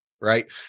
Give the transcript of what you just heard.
right